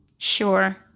sure